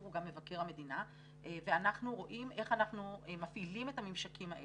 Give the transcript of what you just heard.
הוא גם מבקר המדינה ואנחנו רואים איך אנחנו מפעילים את הממשקים האלה.